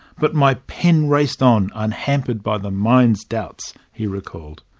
but my pen raced on, unhampered by the mind's doubts he recalled.